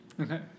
okay